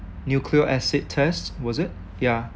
nucleic acid test was it yeah